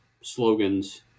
slogans